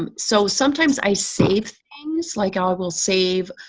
um so sometimes, i save things like i will save,